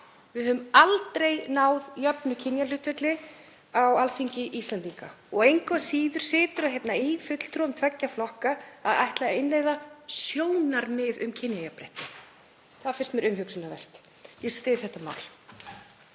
Við höfum aldrei náð jöfnu kynjahlutfalli á Alþingi Íslendinga og engu að síður situr það í fulltrúum tveggja flokka að ætla að innleiða sjónarmið um kynjajafnrétti. Það finnst mér umhugsunarvert. Ég styð þetta mál.